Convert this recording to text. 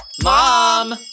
Mom